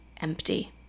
empty